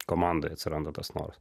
komandoj atsiranda tas noras